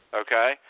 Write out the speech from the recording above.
okay